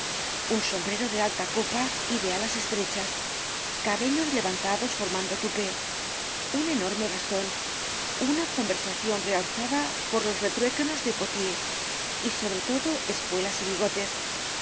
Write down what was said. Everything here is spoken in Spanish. un sombrero de alta copa y de alas estrechas cabellos levantados formando tupé ún enorme baston una conversacion realzada por los retruécanos de potier y sobre todo espuelas y bigotes